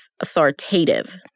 authoritative